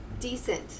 Decent